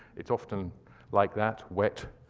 it's often like that, wet,